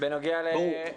ברור.